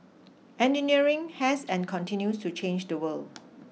engineering has and continues to change the world